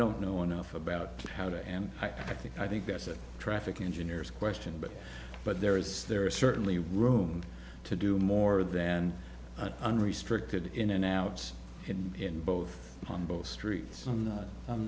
don't know enough about how to and i think i think that's a traffic engineers question but but there is there is certainly room to do more than an unrestricted in an outs and in both on both streets on the i'm